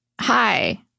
hi